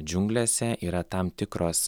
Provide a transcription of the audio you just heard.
džiunglėse yra tam tikros